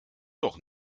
doch